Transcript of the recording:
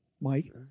Mike